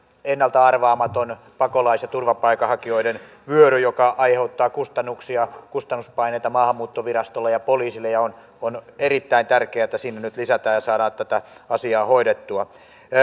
ennalta arvaamaton pakolaisten ja turvapaikanhakijoiden vyöry joka aiheuttaa kustannuksia kustannuspaineita maahanmuuttovirastolle ja poliisille ja on on erittäin tärkeää että sinne nyt lisätään ja saadaan tätä asiaa hoidettua